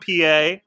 PA